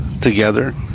together